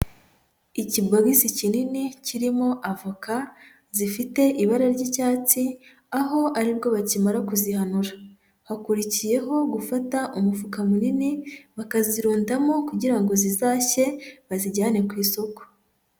Ikibogisi kinini kirimo avoka zifite ibara ry'icyatsi aho aribwo bakimara kuzihanura, hakurikiyeho gufata umufuka munini bakazirundamo kugira ngo zizashye bazijyane ku isoko.